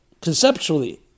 conceptually